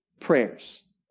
prayers